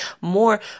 more